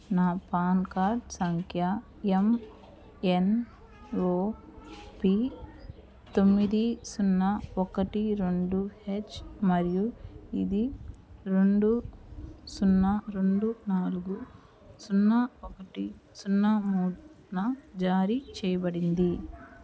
నా PAN card సంఖ్య MNOP తొమ్మిది సున్నా ఒకటి రెండు హెచ్ మరియు ఇది రెండు సున్నా రెండు నాలుగు సున్నా ఒకటి సున్నా మూడున జారీ చెయ్యబడింది